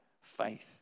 faith